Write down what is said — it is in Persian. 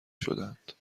شدند